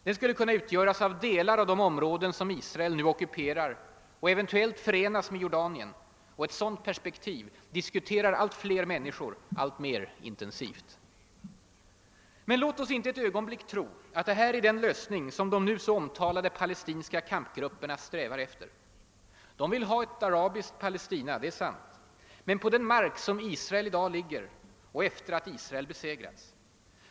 Den skulle kunna utgöras av delar av de områden som Israel nu ockuperar och eventuellt för enas med Jordanien. Ett sådant perspektiv diskuterar allt fler människor alltmer intensivt. Men låt oss inte ett ögonbiick tro att detta är den lösning som de nu så omtalade palestinska kampgrupperna strävar efter. De vill ha ett arabiskt Palestina, det är sagt, men på den mark där Israel i dag ligger och efter det att Israel besegrats.